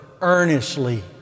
earnestly